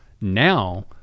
Now